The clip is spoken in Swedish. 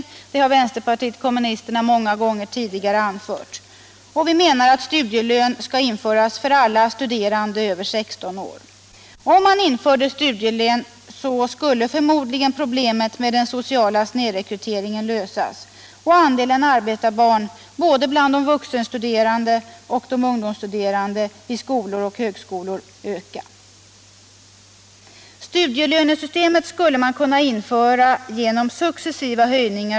Det har vänsterpartiet kommunisterna många gånger tidigare anfört. Vi menar också att studielön bör införas för alla studerande över 16 år. Om studielön infördes, skulle förmodligen problemet med den sociala snedrekryteringen lösas och andelen arbetarbarn bland både de vuxenstuderande och ungdomsstuderande vid skolor och högskolor öka.